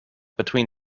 between